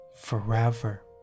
forever